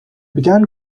begin